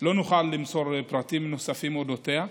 לא נוכל למסור פרטים נוספים אודותיה.